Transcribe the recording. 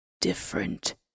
Different